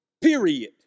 period